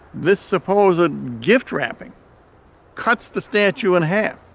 this supposed ah gift-wrapping cuts the statue in half.